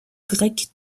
grecque